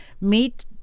meet